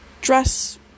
dress